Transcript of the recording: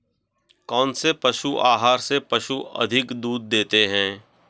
कौनसे पशु आहार से पशु अधिक दूध देते हैं?